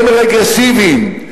הם רגרסיביים.